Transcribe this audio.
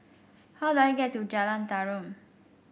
how do I get to Jalan Tarum